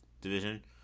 division